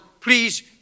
please